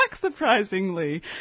surprisingly